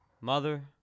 Mother